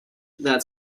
that